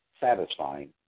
Satisfying